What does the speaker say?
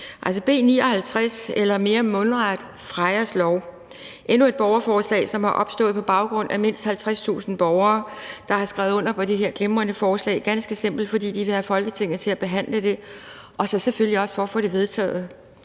for. B 59 – eller mere mundret: Freyas lov – er endnu et borgerforslag, som er opstået på baggrund af mindst 50.000 borgere, der har skrevet under på det her glimrende forslag, ganske simpelt fordi de vil have Folketinget til at behandle det og så selvfølgelig også for at få det vedtaget.